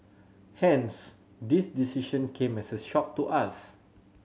hence this decision came as a shock to us